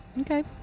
Okay